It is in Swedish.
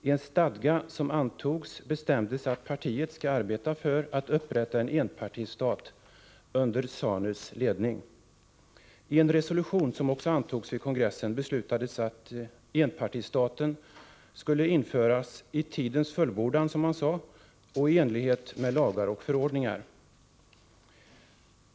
I en stadga som antogs bestämdes att partiet skall arbeta för att upprätta en enpartistat under ZANU:s ledning. I en resolution, som också antogs vid kongressen, beslutades att enpartistaten skulle införas ”i tidens fullbordan” och i enlighet med lagar och förordningar.